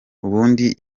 ubundi